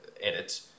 edit